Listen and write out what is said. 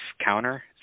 counter